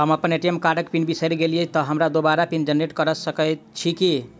हम अप्पन ए.टी.एम कार्डक पिन बिसैर गेलियै तऽ हमरा दोबारा पिन जेनरेट कऽ सकैत छी की?